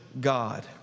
God